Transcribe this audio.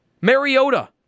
Mariota